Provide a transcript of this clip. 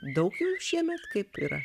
daug jų šiemet kaip yra